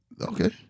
Okay